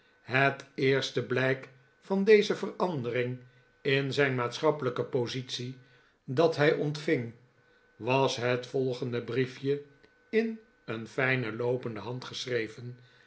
het eerste blijk van deze verandering in zijn maatschappelijke positie dat hij ontying was het volgende briefje in een fijne loopende hand geschreven